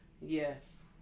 Yes